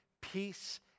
peace